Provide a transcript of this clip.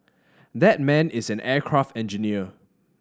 that man is an aircraft engineer